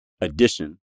addition